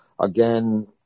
again